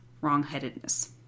wrongheadedness